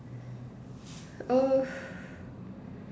err